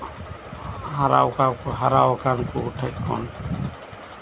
ᱦᱟᱨᱟᱣᱟᱠᱟᱱ ᱠᱚ ᱠᱚᱴᱷᱮᱡ ᱠᱚ